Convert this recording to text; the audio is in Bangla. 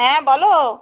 হ্যাঁ বলো